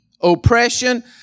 oppression